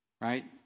right